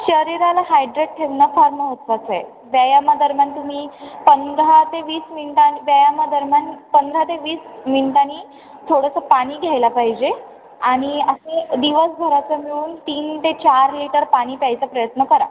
शरीराला हायड्रेट ठेवणं फार महत्वाचं आहे व्यायामादरम्यान तुम्ही पंधरा ते वीस मिनटां व्यायामादरम्यान पंधरा ते वीस मिनटांनी थोडंसं पानी घ्यायला पाहिजे आणि असे दिवसभराचं मिळून तीन ते चार लिटर पाणी प्यायचा प्रयत्न करा